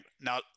Now